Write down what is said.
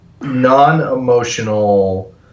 non-emotional